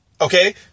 Okay